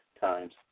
times